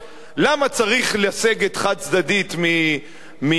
למה צריך לסגת חד-צדדית מגוש-קטיף,